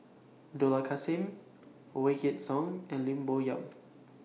Dollah Kassim Wykidd Song and Lim Bo Yam